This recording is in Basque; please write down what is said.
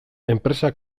enpresak